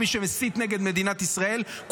מי שמסית נגד מדינת ישראל,